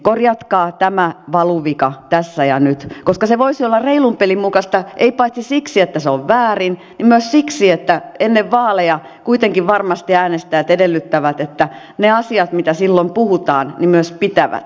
korjatkaa tämä valuvika tässä ja nyt koska se voisi olla reilun pelin mukaista paitsi siksi että se on väärin myös siksi että ennen vaaleja kuitenkin varmasti äänestäjät edellyttävät että ne asiat mitä silloin puhutaan myös pitävät